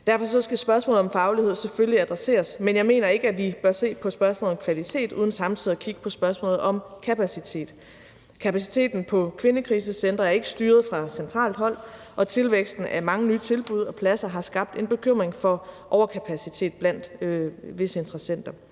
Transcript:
Derfor skal spørgsmålet om faglighed selvfølgelig adresseres, men jeg mener ikke, at vi bør se på spørgsmålet om kvalitet uden samtidig at kigge på spørgsmålet om kapacitet. Kapaciteten på kvindekrisecentre er ikke styret fra centralt hold, og tilvæksten af mange nye tilbud og pladser har skabt en bekymring for overkapacitet blandt visse interessenter